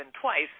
twice